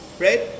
right